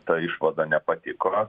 ta išvada nepatiko